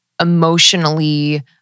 emotionally